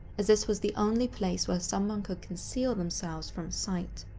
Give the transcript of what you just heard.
as this was the only place where someone could conceal themselves from sight.